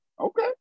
Okay